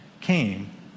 came